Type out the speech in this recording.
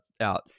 out